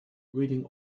reading